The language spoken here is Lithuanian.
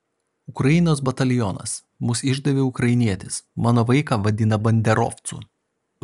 ukrainos batalionas mus išdavė ukrainietis mano vaiką vadina banderovcu